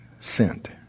sent